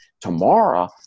Tomorrow